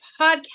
podcast